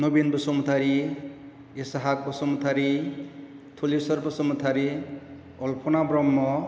नबिन बुसुमतारी इसाहाथ बुसुमतारी थुलेसर बुसुमतारी अलफ'ना ब्रह्म